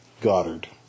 Goddard